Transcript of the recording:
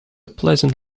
pleasant